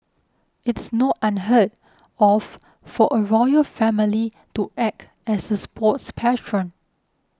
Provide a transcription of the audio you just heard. it's not unheard of for a royal family to act as a sports patron